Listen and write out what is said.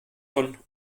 von